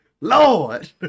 Lord